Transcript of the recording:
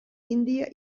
índia